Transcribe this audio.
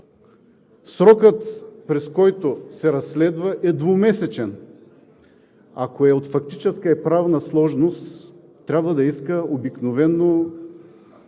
срокът, през който се разследва, е двумесечен. Ако е от фактическа и правна сложност, обикновено